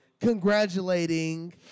congratulating